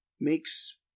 makes